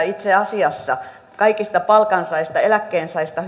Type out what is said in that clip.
itse asiassa yhdeksänkymmentäviisi prosenttia kaikista palkansaajista eläkkeensaajista